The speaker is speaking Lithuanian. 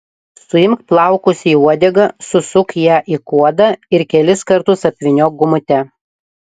suimk plaukus į uodegą susuk ją į kuodą ir kelis kartus apvyniok gumute